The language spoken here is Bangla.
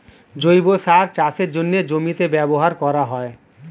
জৈব সার চাষের জন্যে জমিতে ব্যবহার করা হয়